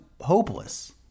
hopeless